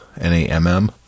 N-A-M-M